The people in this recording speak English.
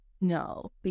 No